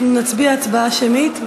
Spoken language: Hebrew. אנחנו נצביע הצבעה שמית.